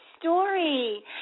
story